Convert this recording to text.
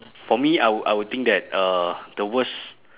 for me I would I would think that uh the worst